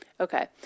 Okay